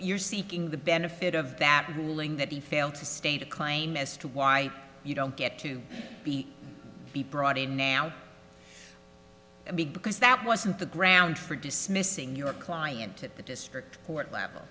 you're seeking the benefit of that ruling that he failed to state a claim as to why you don't get to be brought in now big because that wasn't the ground for dismissing your client at the district court level